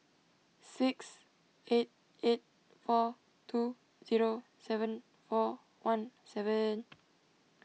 six eight eight four two zero seven four one seven